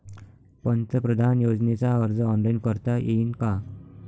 पंतप्रधान योजनेचा अर्ज ऑनलाईन करता येईन का?